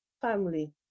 family